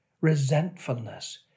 resentfulness